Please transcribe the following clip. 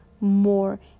more